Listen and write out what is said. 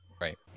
right